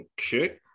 Okay